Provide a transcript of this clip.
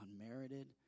Unmerited